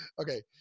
Okay